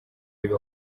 bibi